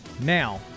Now